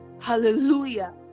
Hallelujah